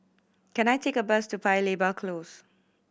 can I take a bus to Paya Lebar Close